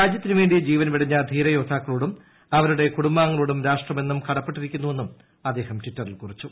രാജ്യത്തിനു വേണ്ടി ജീവൻ വെടിഞ്ഞ ധീരയോദ്ധാക്കളോടും അവരുടെ കുടുംബാംഗങ്ങളോടും രാഷ്ട്രം എന്നും കടപ്പെട്ടിരിക്കുന്നു എന്ന് അദ്ദേഹം ടിറ്ററിൽ കുറിച്ചു